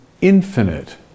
infinite